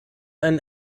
ein